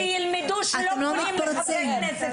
שילמדו שלא פונים לחברי כנסת ככה.